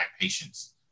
patients